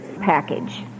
package